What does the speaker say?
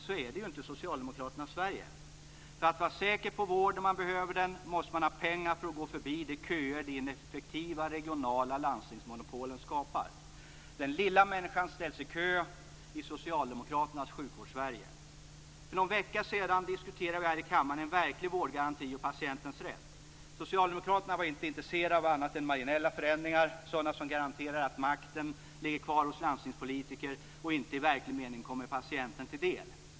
Så är det ju inte i socialdemokraternas Sverige. För att vara säker på att få vård när man behöver den måste man ha pengar för att gå förbi de köer de ineffektiva regionala landstingsmonopolen skapar. Den lilla människan ställs i kö i socialdemokraternas Sjukvårdssverige. För någon vecka sedan diskuterade vi här i kammaren en verklig vårdgaranti och patientens rätt. Socialdemokraterna var inte intresserade av annat än marginella förändringar - sådana som garanterar att makten ligger kvar hos landstingspolitiker och inte i verklig mening kommer patienten till del.